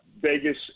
Vegas